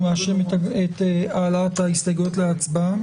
מאפשרים את העלאת ההסתייגויות להצבעה.